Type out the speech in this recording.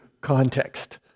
context